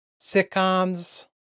sitcoms